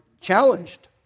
challenged